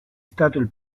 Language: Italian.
stato